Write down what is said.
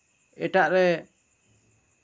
ᱮᱴᱟᱜ ᱨᱮ